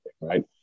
right